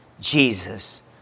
Jesus